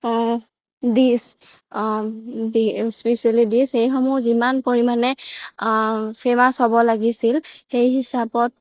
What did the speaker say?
dish specially dish সেইসমূহ যিমান পৰিমাণে ফেমাচ হ'ব লাগিছিল সেই হিচাপত